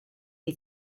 you